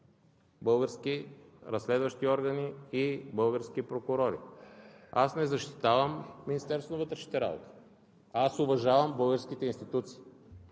български разследващи органи и български прокурори. Аз не защитавам Министерството на вътрешните работи, уважавам българските институции,